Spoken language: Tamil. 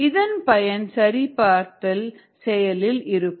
இதன் பயன் சரிபார்த்தல் செயலில் இருக்கும்